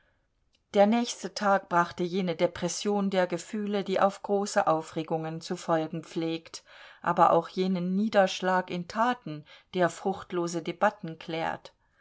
der nächste tag brachte jene depression der gefühle die auf große aufregungen zu folgen pflegt aber auch jenen niederschlag in taten der fruchtlose debatten klärt